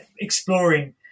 exploring